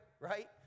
right